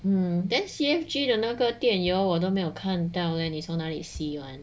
um then she C_F_G 的那个电邮我都没有看到 leh 你从哪里 see [one]